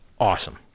Awesome